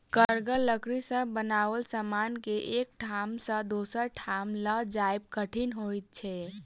कड़गर लकड़ी सॅ बनाओल समान के एक ठाम सॅ दोसर ठाम ल जायब कठिन होइत छै